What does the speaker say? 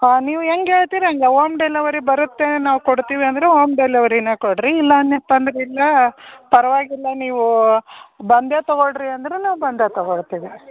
ಹಾಂ ನೀವು ಹೆಂಗ್ ಹೇಳ್ತಿರೋ ಹಂಗೇ ಓಮ್ ಡೆಲವರಿ ಬರತ್ತೆ ನಾವು ಕೊಡ್ತೀವಿ ಅಂದರೆ ಓಮ್ ಡೆಲವರಿನೇ ಕೊಡ್ರಿ ಇಲ್ಲಾಂದರೆ ತೊಂದರಿ ಇಲ್ಲ ಪರವಾಗಿಲ್ಲ ನೀವು ಬಂದರೆ ತಗೋಳ್ರಿ ಅಂದರೂನು ಬಂದೇ ತಗೋಳ್ತೀವಿ